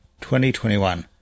2021